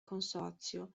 consorzio